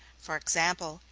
for example,